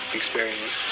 experience